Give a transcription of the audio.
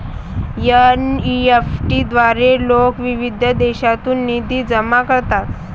NEFT द्वारे लोक विविध देशांतून निधी जमा करतात